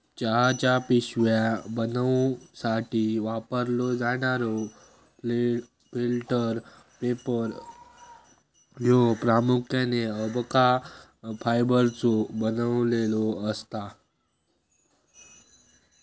चहाच्या पिशव्या बनवूसाठी वापरलो जाणारो फिल्टर पेपर ह्यो प्रामुख्याने अबका फायबरचो बनलेलो असता